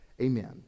Amen